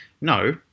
No